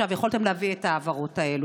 יכולתם להביא את ההעברות האלה.